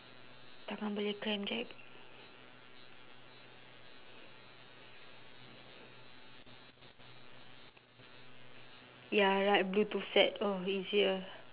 tangan boleh cramp jack ya right bluetooth set oh easier